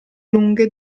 lunghe